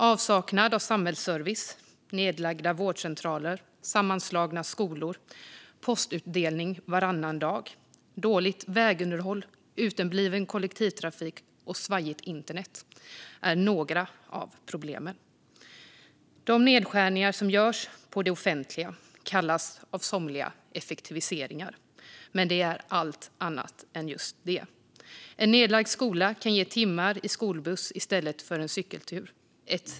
Avsaknad av samhällsservice, nedlagda vårdcentraler, sammanslagna skolor, postutdelning varannan dag, dåligt vägunderhåll, utebliven kollektivtrafik och svajigt internet är några av problemen. De nedskärningar som görs på det offentliga kallas av somliga effektiviseringar, men de är allt annat än just det. En nedlagd skola kan ge timmar i skolbuss i stället för en cykeltur.